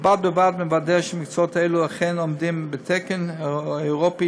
ובד בבד מוודאת שמקצועות אלו אכן עומדים בתקן האירופי,